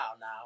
now